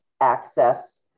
access